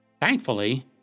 Thankfully